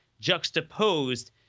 juxtaposed